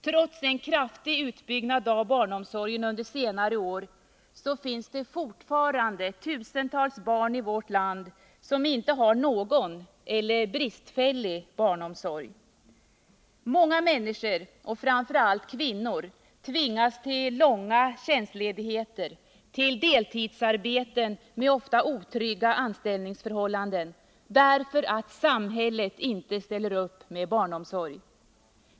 Trots en kraftig utbyggnad av barnomsorgen under senare år finns det fortfarande tusentals barn i vårt land som inte har någon eller bristfällig barnomsorg. Många människor och framför allt kvinnor tvingas till långa tjänstledigheter, till deltidsarbeten med ofta otrygga anställningsförhållanden därför att samhället inte ställer upp med barnomsorg.